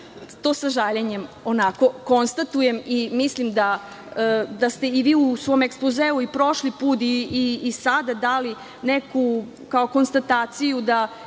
to sa žaljenjem konstatujem i mislim da ste i vi u svom ekspozeu i prošli put i sada dali neku, kao konstataciju, da